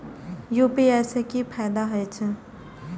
UPI से की फायदा हो छे?